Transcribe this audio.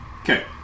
Okay